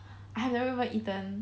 I have never even eaten